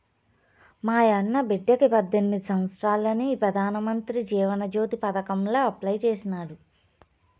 మాయన్న బిడ్డకి పద్దెనిమిది సంవత్సారాలని పెదానమంత్రి జీవన జ్యోతి పదకాంల అప్లై చేసినాడు